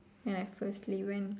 when I firstly when